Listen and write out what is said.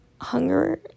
hunger